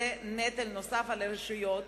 זה נטל נוסף על הרשויות,